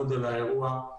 גודל האירוע,